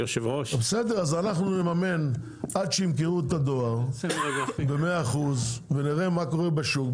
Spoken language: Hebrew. אנחנו נממן עד שימכרו את הדואר ב-100 אחוזים ונראה מה קורה בשוק.